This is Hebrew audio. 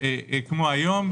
כמו היום,